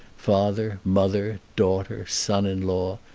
father, mother, daughter, son-in-law,